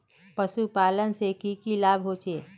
पशुपालन से की की लाभ होचे?